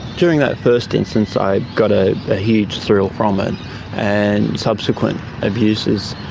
during that first instance i got a huge thrill from it and subsequent abuses.